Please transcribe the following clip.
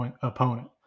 opponent